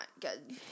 good